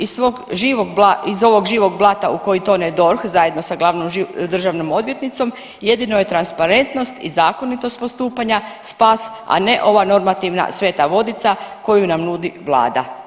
Iz svog živog, iz ovog živog blata u koji tone DORH zajedno sa glavnom državnom odvjetnicom jedino je transparentnost i zakonitost postupanja spas, a ne ova normativna sveta vodica koju nam nudi vlada.